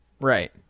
right